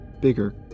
bigger